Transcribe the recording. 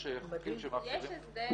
יש חוקים שמאפשרים -- יש הסדר